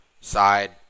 side